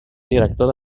director